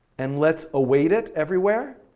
and let's await it everywhere.